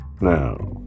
now